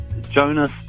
Jonas